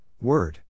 Word